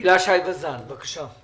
הילה שי וזאן, בבקשה.